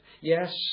Yes